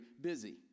busy